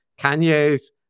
Kanye's